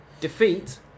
Defeat